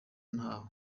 nahawe